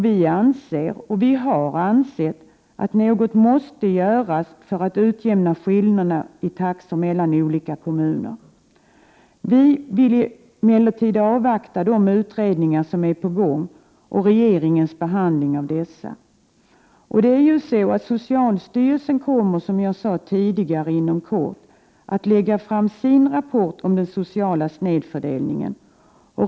Vi anser och har ansett att något måste göras för att utjämna skillnaderna i taxor mellan olika kommuner. Vi avvaktar emellertid de utredningar som är på gång och | regeringens behandling av dessa. Socialstyrelsen kommer, som sagt, inom kort att lägga fram sin rapport om 119 den sociala snedfördelningen.